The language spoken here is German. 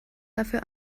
dafür